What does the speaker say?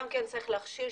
צריך גם להכשיר,